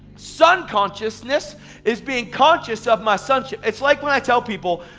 son consciousness is being conscious of my sonship. it's like when i tell people,